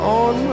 on